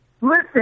Listen